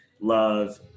love